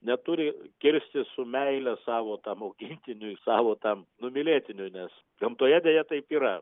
neturi kirstis su meile savo tam augintiniui savo tam numylėtiniui nes gamtoje deja taip yra